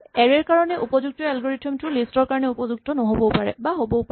এৰে ৰ কাৰণে উপযুক্ত এলগৰিথম টো লিষ্ট ৰ কাৰণে উপযুক্ত হ'বও পাৰে নহবও পাৰে